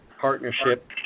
partnership